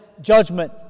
judgment